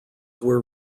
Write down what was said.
were